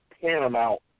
paramount